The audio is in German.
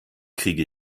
kriege